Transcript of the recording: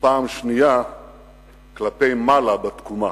ופעם שנייה כלפי מעלה, בתקומה.